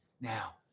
now